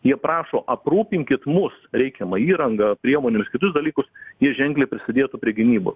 jie prašo aprūpinkit mus reikiama įranga priemones kitus dalykus jis ženkliai prisidėtų prie gynybos